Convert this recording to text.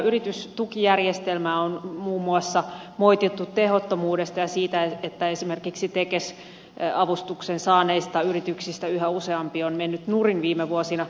yritystukijärjestelmää on muun muassa moitittu tehottomuudesta ja siitä että esimerkiksi tekes avustuksen saaneista yrityksistä yhä useampi on mennyt nurin viime vuosina